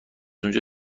اونجا